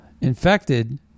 infected